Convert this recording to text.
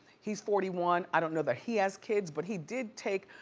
he's forty one, i don't know that he has kids, but he did take